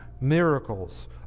miracles